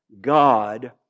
God